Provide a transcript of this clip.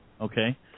Okay